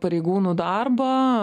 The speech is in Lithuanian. pareigūnų darbą